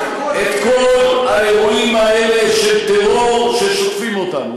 את כל האירועים האלה של טרור ששוטפים אותנו.